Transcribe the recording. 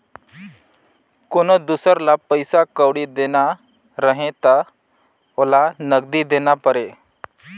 कोनो दुसर ल पइसा कउड़ी देना रहें त ओला नगदी देना परे